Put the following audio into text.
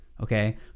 okay